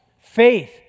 Faith